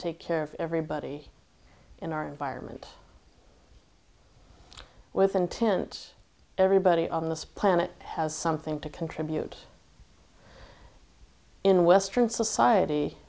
take care of everybody in our environment with intent everybody on this planet has something to contribute in western society